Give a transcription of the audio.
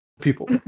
People